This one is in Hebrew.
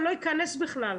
אני לא אכנס אליהן בכלל.